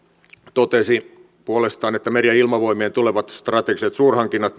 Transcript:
totesi puolestaan että meri ja ilmavoimien tulevat strategiset suurhankinnat